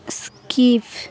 skip